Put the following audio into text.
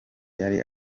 yari